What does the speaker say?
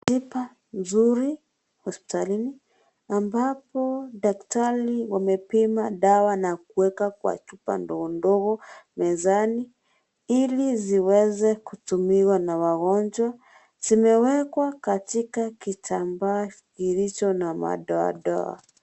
Tiba mzuri hospitalini ambapo daktari wamepima dawa na kuweka kwa chupa ndogo ndogo mezani ili ziweze kutumiwa na wagonjwa . Zimewekwa katika kitambaa kilicho na madoadoa.